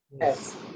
Yes